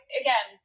again